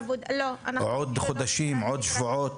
זה עוד חודשים, זה עוד שבועות?